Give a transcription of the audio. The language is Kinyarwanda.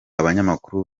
abanyamakuru